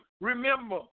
remember